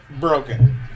Broken